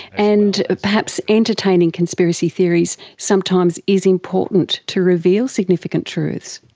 and perhaps entertaining conspiracy theories sometimes is important to reveal significant truths.